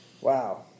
Wow